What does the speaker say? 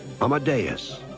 Amadeus